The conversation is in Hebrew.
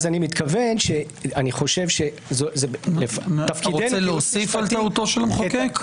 אתה רוצה להוסיף על טעותו של המחוקק?